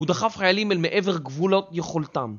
הוא דחף חיילים אל מעבר גבולות יכולתם